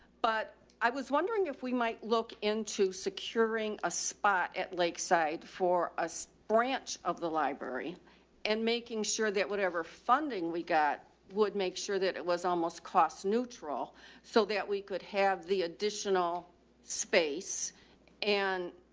but i was wondering if we might look into securing a spot at lakeside for a so branch of the library and making sure that whatever funding we got would make sure that it was almost cost neutral so that we could have the additional space and